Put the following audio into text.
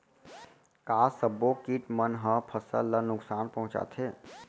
का सब्बो किट मन ह फसल ला नुकसान पहुंचाथे?